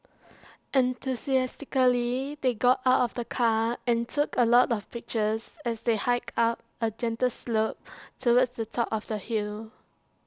enthusiastically they got out of the car and took A lot of pictures as they hiked up A gentle slope towards the top of the hill